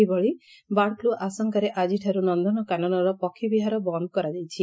ସେହିଭଳି bird flu ଆଶଙ୍କାରେ ଆଜିଠାରୁ ନନନକାନନର ପକ୍ଷୀବିହାର ବନ୍ଦ କରାଯାଇଛି